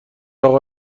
اقا